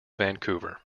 vancouver